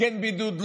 כן בידוד,